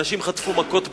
אנשים חטפו מכות באלות,